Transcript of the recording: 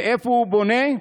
ואיפה הוא בונה?